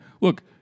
look